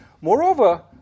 Moreover